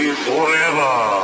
forever